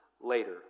later